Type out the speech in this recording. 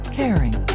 caring